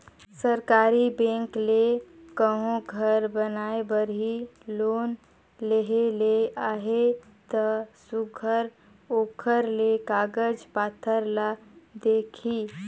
सरकारी बेंक ले कहों घर बनाए बर ही लोन लेहे ले अहे ता सुग्घर ओकर ले कागज पाथर ल देखही